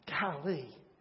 Golly